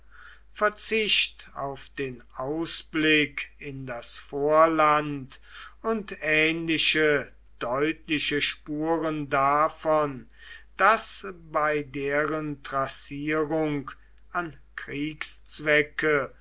verzicht auf den ausblick in das vorland und ähnliche deutliche spuren davon daß bei deren trassierung an kriegszwecke